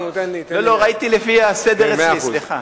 ראיתי לפי הסדר שאצלך.